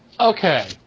Okay